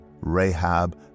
Rahab